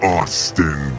Austin